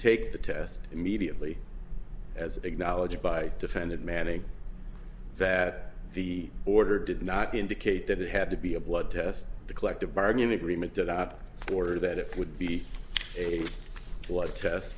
take the test immediately as acknowledged by defendant manning that the order did not indicate that it had to be a blood test the collective bargaining agreement did not order that it would be a blood test